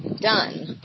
done